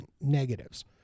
negatives